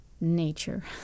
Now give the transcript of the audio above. nature